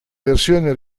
versione